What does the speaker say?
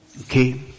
Okay